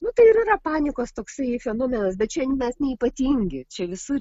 nu tai ir yra panikos toksai fenomenas bet čia mes neypatingi čia visur